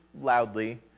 loudly